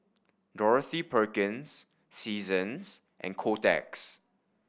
Dorothy Perkins Seasons and Kotex